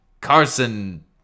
Carson